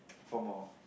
four more